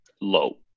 low